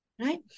right